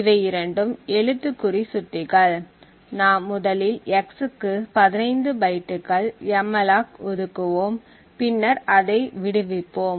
இவை இரண்டும் எழுத்துக்குறி சுட்டிகள்நாம் முதலில் x க்கு 15 பைட்டுகள் malloc ஒதுக்குவோம் பின்னர் அதை விடுவிப்போம்